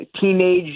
teenage